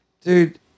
dude